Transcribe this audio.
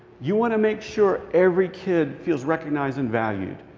you want to make sure every kid feels recognized and valued.